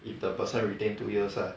if the person retain two years lah